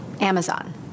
Amazon